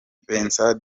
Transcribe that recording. vincent